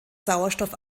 sauerstoff